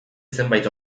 zenbait